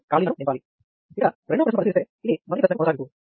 మొదటి ప్రశ్నలో conductance matrix కనుగొనమని చెప్పారు